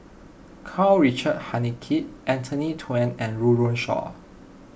Karl Richard Hanitsch Anthony and Run Run Shaw